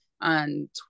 on